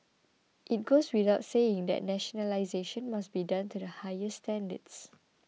it goes without saying that nationalisation must be done to the highest standards